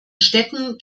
städten